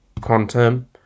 Quantum